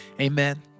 amen